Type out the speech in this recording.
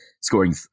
scoring